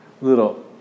little